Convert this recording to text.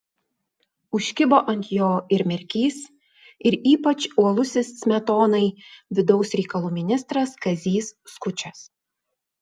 užkibo ant jo ir merkys ir ypač uolusis smetonai vidaus reikalų ministras kazys skučas